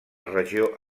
regió